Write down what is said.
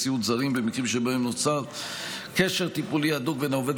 של עובדי סיעוד זרים במקרים שבהם נוצר קשר טיפולי הדוק בין העובד